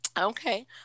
Okay